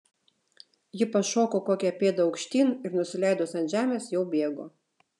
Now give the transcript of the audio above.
ji pašoko kokią pėdą aukštyn ir nusileidus ant žemės jau bėgo